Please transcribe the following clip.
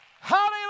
Hallelujah